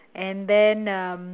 and then um